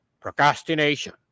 Procrastination